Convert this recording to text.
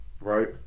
right